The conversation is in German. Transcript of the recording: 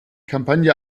kampagne